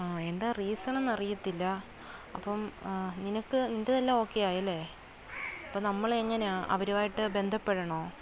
ആ എന്താണ് റീസൺ എന്ന് അറിയില്ല അപ്പം നിനക്ക് നിൻറേത് എല്ലാം ഓക്കെ ആയല്ലേ അപ്പം നമ്മൾ എങ്ങനെ അവരുമായിട്ട് ബന്ധപ്പെടണോ